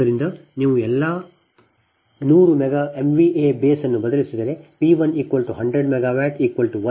ಆದ್ದರಿಂದ ನೀವು ಎಲ್ಲಾ 100 MVA ಬೇಸ್ ಅನ್ನು ಬದಲಿಸಿದರೆ P 1 100 MW 1